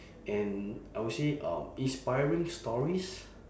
and I will say um inspiring stories